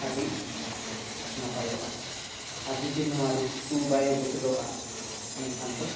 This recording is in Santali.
ᱟᱹᱰᱤ ᱱᱟᱯᱟᱭᱚᱜᱼᱟ ᱟᱨ ᱡᱩᱫᱤ ᱱᱚᱣᱟ ᱨᱤᱛᱩ ᱵᱟᱭ ᱵᱚᱫᱚᱞᱚᱜᱼᱟ ᱮᱱᱠᱷᱟᱱ ᱫᱚ